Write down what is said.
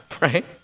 right